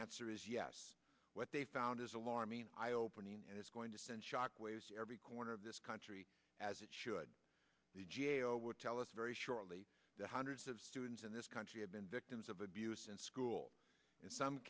answer is yes what they found is alarming eye opening and it's going to send shock waves in every corner of this country as it should tell us very shortly the hundreds of students in this country have been victims of abuse in school in some